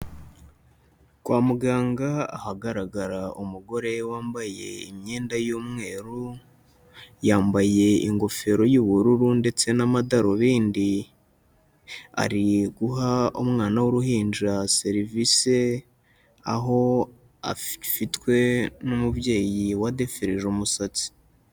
Kwa muganga ahagaragara umugore wambaye imyenda y'umweru, yambaye ingofero y'ubururu ndetse n'amadarubindi, ari guha umwana w'uruhinja serivise, aho afitwe n'umubyeyi wadefirije umusatsi.